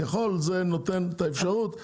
"ככל" זה נותן את האפשרות לאזן.